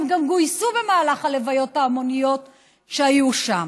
שהם גם גויסו במהלך הלוויות ההמוניות שהיו שם.